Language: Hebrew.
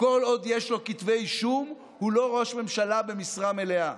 כל עוד יש לו כתבי אישום הוא לא ראש ממשלה במשרה מלאה.